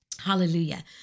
hallelujah